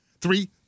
Three